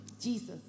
Jesus